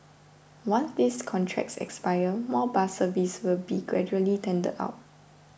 once these contracts expire more bus services will be gradually tendered out